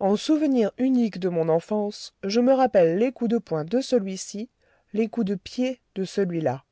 en souvenir unique de mon enfance je me rappelle les coups de poings de celui-ci les coups de pieds de celui-là